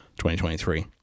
2023